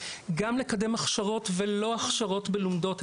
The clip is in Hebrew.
גם לקדם הכשרות ולא הכשרות בלומדות,